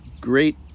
great